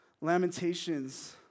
Lamentations